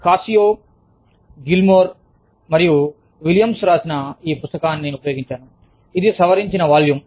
కాస్సియో Gilmore మరియు Williams Coscio Gilmore and Williams రాసిన ఈ పుస్తకాన్ని నేను ఉపయోగించాను ఇది సవరించిన వాల్యూమ్